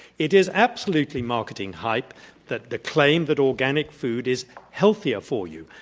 it is absolutely marketing hype that the claim that organic food is healthier for you,